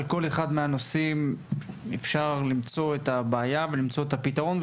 על כל אחד מהנושאים אפשר למצוא את הבעיה ולמצוא את הפתרון,